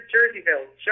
Jerseyville